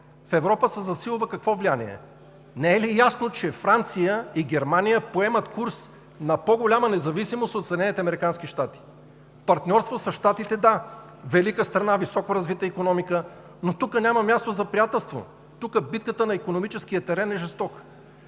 В Европа се засилва какво влияние? Не е ли ясно, че Франция и Германия поемат курс на по-голяма независимост от Съединените американски щати? Партньорство с Щатите – да, велика страна, високо развита икономика, но тук няма място за приятелство, тук битката на икономическия терен е жестока.